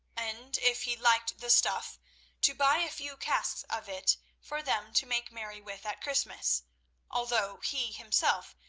and if he liked the stuff to buy a few casks of it for them to make merry with at christmas although he himself,